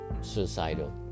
suicidal